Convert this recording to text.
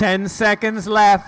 ten seconds left